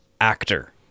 actor